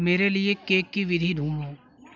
मेरे लिए केक की विधि ढूंढो